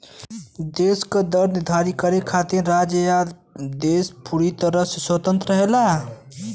tax क दर निर्धारित करे खातिर राज्य या देश पूरी तरह से स्वतंत्र रहेला